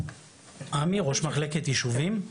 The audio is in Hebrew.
ראש מחלקת יישובים,